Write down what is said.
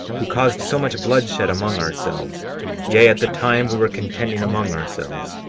who caused so much bloodshed among ourselves yea, at the time we were contending among ourselves,